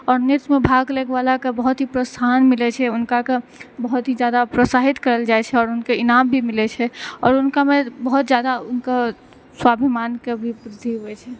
आओर नृत्यमे भाग लैवलाके बहुत ही प्रोत्साहन मिलै छै हुनकाके बहुत ही ज्यादा प्रोत्साहित करल जाइ छै आओर हुनकाके इनाम भी मिलै छै आओर हुनकामे बहुत ज्यादा उनका स्वाभिमानके भी वृद्धि होइ छै